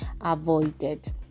avoided